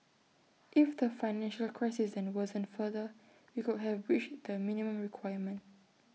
if the financial crisis then worsened further we could have breached the minimum requirement